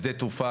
בשדה תעופה,